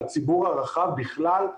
הציבור הרחב בכלל.